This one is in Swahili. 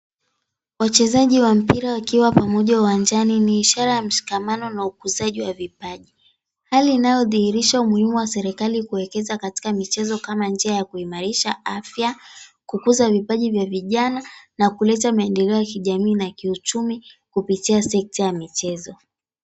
Wachezaji wa mpira wakiwa pamoja uwanjani ni ishara ya mshikamano na ukuzaji wa vipaji. Hali inayodhihirisha umuhimu wa serikali kuwekeza katika michezo kama njia ya kuimarisha afya, kukuza vipaji vya vijana, na kuleta maendeleo ya kijamii na kiuchumi kupitia sekta ya michezo.